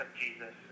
Jesus